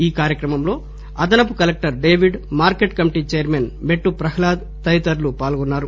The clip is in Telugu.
ఈ కార్యక్రమంలో అదనపు collector David market committee chairman Mettu Prahlad అధికారులు పాల్గొన్నారు